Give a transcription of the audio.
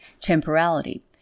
Temporality